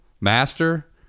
Master